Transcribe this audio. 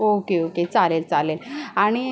okay okay चालेल चालेल आणि